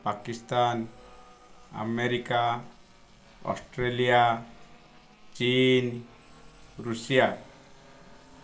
Pakistan America Australia China Russia